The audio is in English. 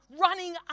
running